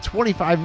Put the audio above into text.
25